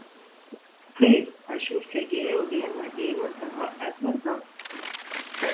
kaip aš jau segėjau vieną deimantą nuo edvardo